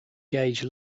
gage